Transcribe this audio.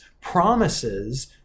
promises